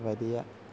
വലിയ